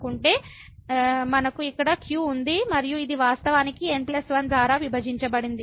కాబట్టి మనకు ఇక్కడ q ఉంది మరియు ఇది వాస్తవానికి N 1 ద్వారా విభజించబడింది